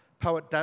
Poet